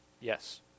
Yes